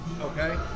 Okay